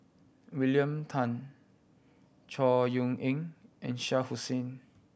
William Tan Chor Yeok Eng and Shah Hussain